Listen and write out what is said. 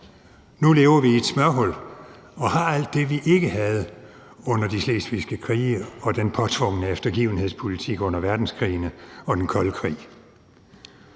Nu lever vi i et smørhul og har alt det, vi ikke havde under de slesvigske krige og den påtvungne eftergivenhedspolitik under verdenskrigene og den kolde krig.